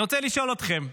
אני רוצה לשאול אתכם: